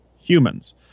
humans